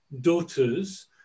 daughters